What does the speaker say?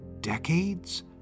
Decades